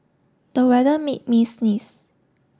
the weather made me sneeze